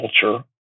culture